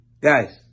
Guys